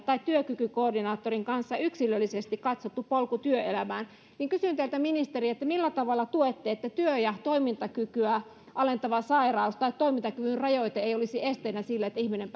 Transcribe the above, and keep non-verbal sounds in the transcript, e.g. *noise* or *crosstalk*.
tai työkykykoordinaattorin kanssa yksilöllisesti katsottu polku työelämään siksi kysyn teiltä ministeri millä tavalla tuette sitä että työ ja toimintakykyä alentava sairaus tai toimintakyvyn rajoite ei olisi esteenä sille että ihminen *unintelligible*